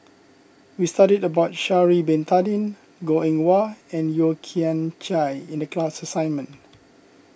we studied about Sha'ari Bin Tadin Goh Eng Wah and Yeo Kian Chye in the class assignment